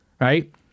Right